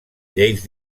lleis